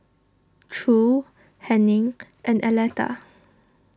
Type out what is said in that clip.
True Hennie and Aleta